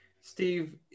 Steve